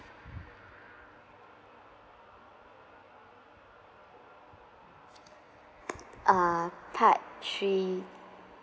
uh part three